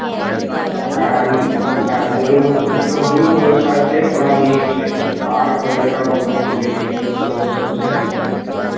आ शाकाहारी मांसाहारी जोनो मतलब दुनू व्यवस्था छै बड़ा नीक छै पार्क वगैरह घुमय तूमयके लिए सेहोसभ छै